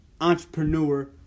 entrepreneur